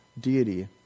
deity